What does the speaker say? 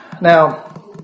Now